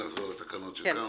נחזור לתקנות שלנו.